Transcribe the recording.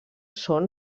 són